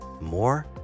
more